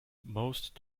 most